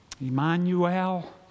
Emmanuel